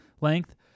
length